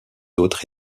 autres